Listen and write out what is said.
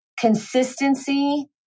consistency